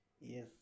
Yes